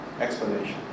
explanation